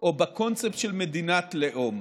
או בקונספט של מדינת לאום.